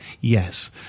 Yes